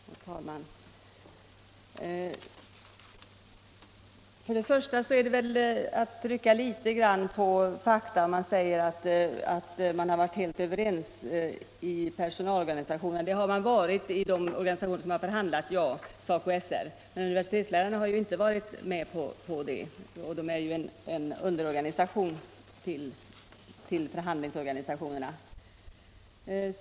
Herr talman! Först och främst är det väl att trycka litet grand på fakta att säga att man varit helt överens i personalorganisationerna. Ja, det har man varit i de organisationer som har förhaffdlat — SACO och SR. Men universitetslärarna har inte varit med. De tillhör en underorganisation till förhandlingsorganistionerna.